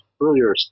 earlier